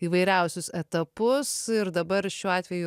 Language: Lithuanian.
įvairiausius etapus ir dabar šiuo atveju